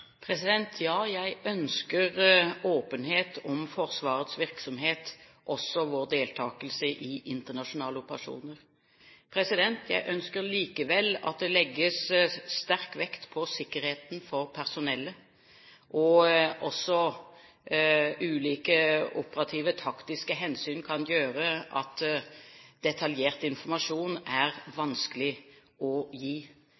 Ja, jeg ønsker åpenhet om Forsvarets virksomhet, også om vår deltakelse i internasjonale operasjoner. Jeg ønsker likevel at det legges sterk vekt på sikkerheten for personellet. Også ulike operative taktiske hensyn kan gjøre at detaljert informasjon er vanskelig å gi.